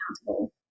accountable